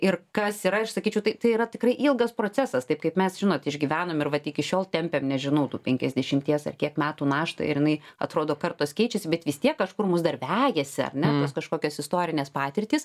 ir kas yra aš sakyčiau tai tai yra tikrai ilgas procesas taip kaip mes žinot išgyvenom ir vat iki šiol tempėm nežinau tų penkiasdešimties ar kiek metų naštą ir jinai atrodo kartos keičiasi bet vis tiek kažkur mus dar vejasi ar ne tos kažkokios istorinės patirtys